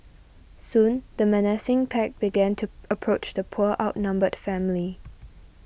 soon the menacing pack began to approach the poor outnumbered family